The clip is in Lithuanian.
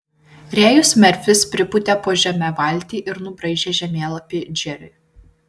rėjus merfis pripūtė po žeme valtį ir nubraižė žemėlapį džeriui